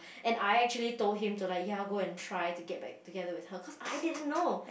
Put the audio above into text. and I actually told him to like ya go and try to get back together her cause I didn't know